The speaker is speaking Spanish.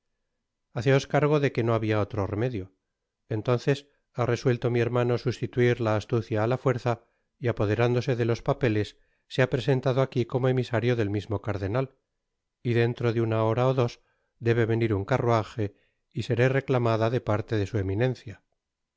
bonacieux haceos cargo de que no habia otro medio entonces ha resuelto mi hermano sustituir la astucia á la fuerza y apoderándose de los papeles se ha presentado aqui como emisario del mismo cardenal y dentro una hora ó dos debe venir un carruaje y seré reclamado de parte de su eminencia